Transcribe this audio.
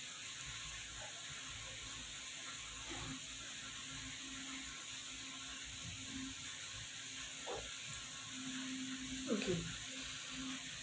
okay